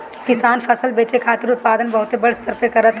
किसान फसल बेचे खातिर उत्पादन बहुते बड़ स्तर पे करत हवे